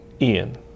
Ian